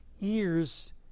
ears